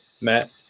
Matt